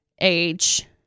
age